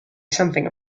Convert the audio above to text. something